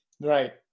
Right